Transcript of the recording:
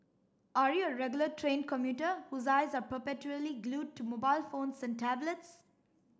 are you a regular train commuter whose eyes are perpetually glued to mobile phones and tablets